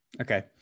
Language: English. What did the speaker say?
Okay